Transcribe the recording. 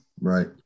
right